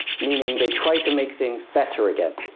meaning they try to make things better again.